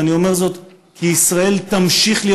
ואני אומר זאת כי ישראל תמשיך להיות,